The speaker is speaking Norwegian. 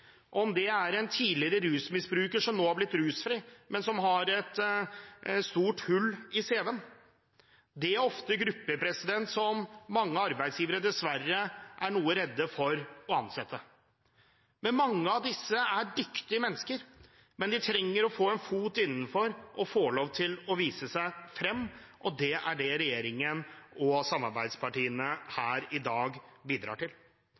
om det er en tidligere rusmisbruker som nå er blitt rusfri, men som har et stort hull i CV-en. Det er ofte grupper som mange arbeidsgivere dessverre er noe redd for å ansette. Mange av disse er dyktige mennesker, men de trenger å få en fot innenfor og å få lov til å vise seg frem, og det er det regjeringen og samarbeidspartiene her i dag bidrar til.